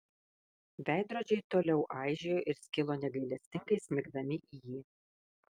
veidrodžiai toliau aižėjo ir skilo negailestingai smigdami į jį